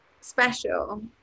special